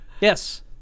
Yes